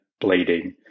bleeding